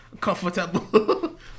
Comfortable